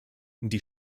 die